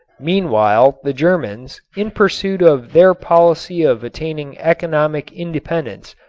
meanwhile the germans, in pursuit of their policy of attaining economic independence,